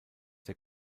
der